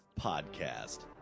podcast